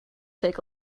take